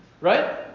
right